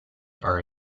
are